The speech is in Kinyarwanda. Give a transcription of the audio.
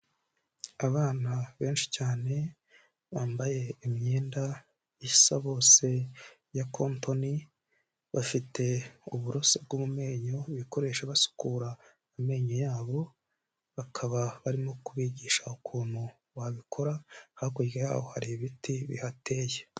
Abana benshi cyane bambaye imyenda isa bose ya kontoni, bafite uburoso bwo mu menyo bakoresho basukura amenyo yabo, bakaba barimo kubigisha ukuntu wabikora, hakurya yaho hari ibiti bihateye.